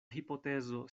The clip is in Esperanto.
hipotezo